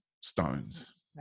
stones